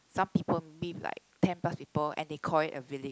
some people maybe like ten plus people and they call it a village